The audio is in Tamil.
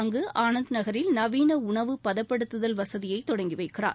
அங்கு ஆனந்த் என்ற இடத்தில் நவீன உணவு பதப்படுத்துதல் வசதியை தொடங்கி வைக்கிறார்